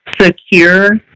secure